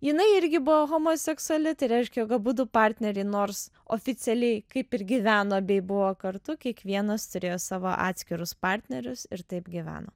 jinai irgi buvo homoseksuali tai reiškia jog abudu partneriai nors oficialiai kaip ir gyveno bei buvo kartu kiekvienas turėjo savo atskirus partnerius ir taip gyveno